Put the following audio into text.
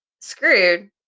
screwed